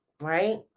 right